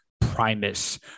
Primus